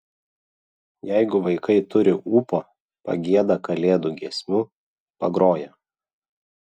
jeigu vaikai turi ūpo pagieda kalėdų giesmių pagroja